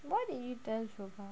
why did you tell so far